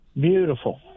Beautiful